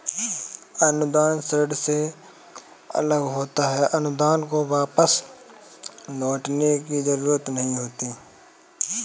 अनुदान ऋण से अलग होता है अनुदान को वापस लौटने की जरुरत नहीं होती है